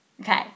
Okay